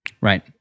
Right